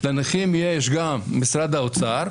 יש גם משרד האוצר,